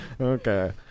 Okay